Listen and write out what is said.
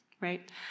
right